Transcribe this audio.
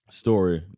story